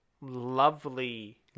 lovely